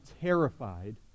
terrified